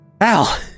Al